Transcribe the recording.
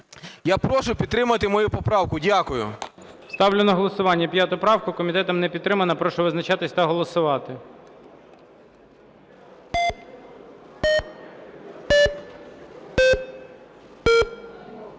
Я прошу підтримати мою поправку. Дякую. ГОЛОВУЮЧИЙ. Ставлю на голосування 5 правку, комітетом не підтримана. Прошу визначатись та голосувати.